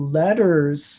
letters